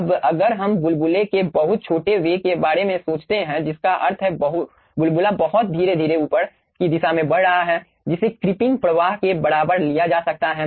अब अगर हम बुलबुले के बहुत छोटे वेग के बारे में सोचते हैं जिसका अर्थ है बुलबुला बहुत धीरे धीरे ऊपर की दिशा में बढ़ रहा है जिसे क्रीपिंग प्रवाह के बराबर लिया जा सकता है